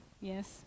Yes